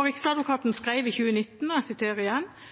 Riksadvokaten skrev i 2019: «Det kan ikke være tvilsomt at kvaliteten på straffesaksområdet i dag er høyere, og